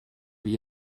wie